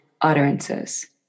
utterances